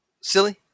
silly